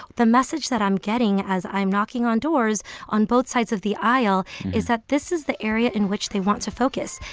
the message that i'm getting as i'm knocking on doors on both sides of the aisle is that this is the area in which they want to focus.